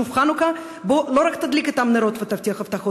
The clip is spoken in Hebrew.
שוב חנוכה: בוא לא רק תדליק אתם נרות ותבטיח הבטחות,